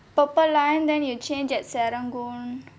purple line then you change at serangoon